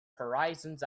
horizons